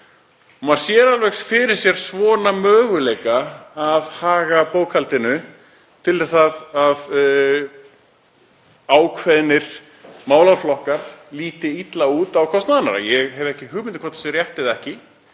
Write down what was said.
Maður sér alveg fyrir sér svona möguleika á að haga bókhaldinu þannig til þess að ákveðnir málaflokkar líti illa út á kostnað annarra. Ég hef ekki hugmynd um hvort það sé rétt eða ekki.